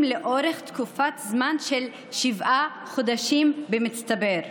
לאורך תקופת זמן של שבעה חודשים במצטבר.